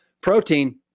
protein